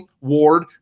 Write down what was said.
Ward